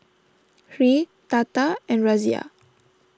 Hri Tata and Razia